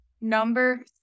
Number